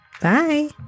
Bye